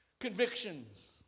Convictions